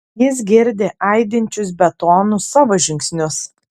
jis girdi aidinčius betonu savo žingsnius